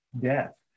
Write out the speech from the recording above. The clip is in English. death